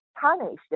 punished